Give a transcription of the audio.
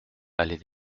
allée